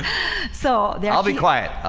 so they all be quiet